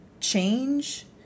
change